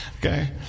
okay